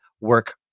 work